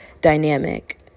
dynamic